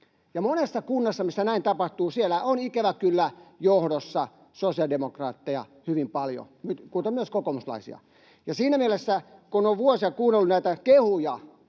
Monessa kunnassa, missä näin tapahtuu, on ikävä kyllä johdossa sosiaalidemokraatteja hyvin paljon, kuten myös kokoomuslaisia. Siinä mielessä, kun on vuosia kuunnellut näitä kehuja